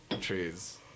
Trees